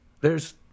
there's